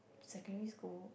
secondary school